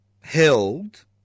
held